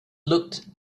looked